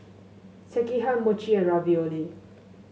Sekihan Mochi and Ravioli